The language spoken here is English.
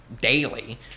daily